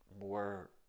more